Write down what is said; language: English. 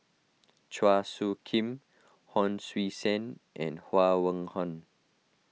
Chua Soo Khim Hon Sui Sen and Huang Wenhong